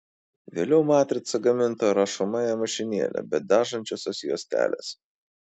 vėliau matrica gaminta rašomąja mašinėle be dažančiosios juostelės